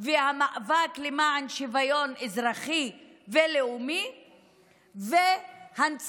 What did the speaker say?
והמאבק למען שוויון אזרחי ולאומי והנצחת